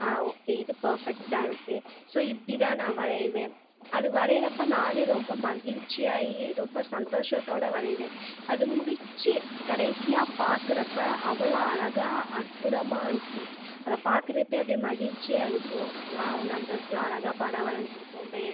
ஆஹ் okay இது பர்பெக்டாக இருக்குது ஸோ இப்படி தான் நான் வரையிவேன் அது வரையிறப்ப நானே ரொம்ப மகிழ்ச்சியாகி ரொம்ப சந்தோஷத்தோடய வரையிவேன் அது முடித்து கடைசியாக பார்க்குறப்ப அவ்வளோ அழகாக அற்புதமாக இருக்கும் அதா பார்க்குறப்பயே அப்படியே மகிழ்ச்சியாக இருக்கும் வாவ் நம்ம இவ்வளோ அழகாக படம் வரைஞ்சிருக்கோமே